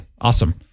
Awesome